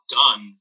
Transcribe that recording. done